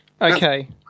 Okay